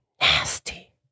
Nasty